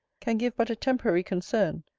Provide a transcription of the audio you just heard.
can give but a temporary concern,